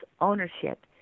Ownership